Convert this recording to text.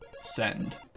Send